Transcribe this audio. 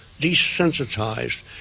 Desensitized